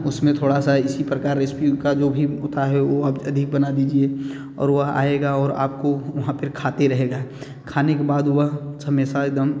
उसमें थोड़ा सा इसी प्रकार रेसिपी का जो भी होता है वो आप अधिक बना दीजिए और वह आएगा और आपको फिर खाते रहेगा खाने के बाद वह हमेशा एक दम